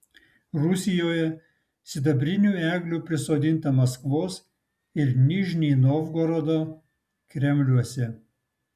rusijoje sidabrinių eglių prisodinta maskvos ir nižnij novgorodo kremliuose